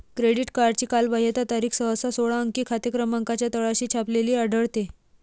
credit कार्डची कालबाह्यता तारीख सहसा सोळा अंकी खाते क्रमांकाच्या तळाशी छापलेली आढळते